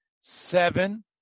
seven